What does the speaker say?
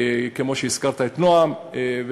כמו שהזכרת את נע"ם.